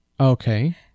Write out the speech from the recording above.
okay